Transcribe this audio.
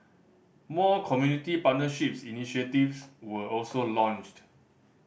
more community partnerships initiatives were also launched